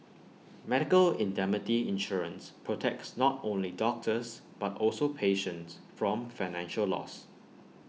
medical indemnity insurance protects not only doctors but also patients from financial loss